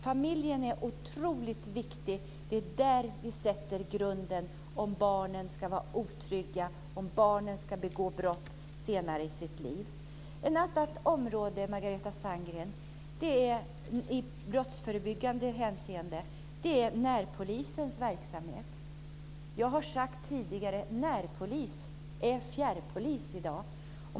Familjen är otroligt viktig. Det är där vi lägger grunden för om barnen ska vara otrygga och begå brott senare i sitt liv. Ett annat område i brottsförebyggande hänseende är närpolisens verksamhet, Margareta Sandgren. Jag har sagt tidigare att närpolis är fjärrpolis i dag.